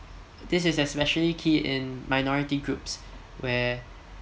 this is especially key in minority groups where